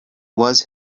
was